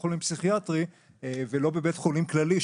החולים הפסיכיאטרי ולא בבית חולים כללי,